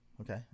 okay